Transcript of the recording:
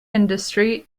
industry